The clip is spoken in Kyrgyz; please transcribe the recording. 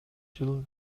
жыл